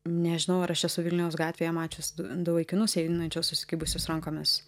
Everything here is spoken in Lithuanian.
nežinau ar aš esu vilniaus gatvėje mačius du vaikinus einančius susikibusius rankomis